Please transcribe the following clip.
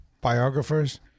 biographers